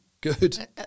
Good